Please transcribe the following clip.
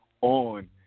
on